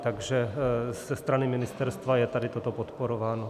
Takže ze strany ministerstva je tady toto podporováno.